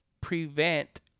prevent